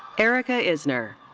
erica isner.